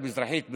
והמזרחית,